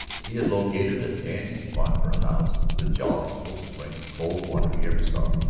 he had located a dandy spot for a house. the jolliest little spring of cold water you ever saw.